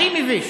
הכי מביש.